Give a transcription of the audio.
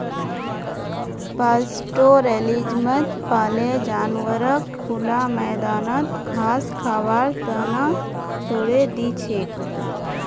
पास्टोरैलिज्मत पाले जानवरक खुला मैदानत घास खबार त न छोरे दी छेक